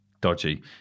dodgy